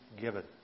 given